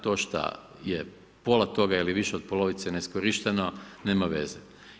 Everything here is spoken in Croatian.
To što je pola toga ili više od polovice neiskorišteno nema veze.